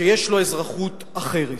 שיש לו אזרחות אחרת.